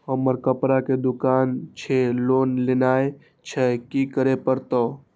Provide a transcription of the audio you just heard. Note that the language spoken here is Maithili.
हमर कपड़ा के दुकान छे लोन लेनाय छै की करे परतै?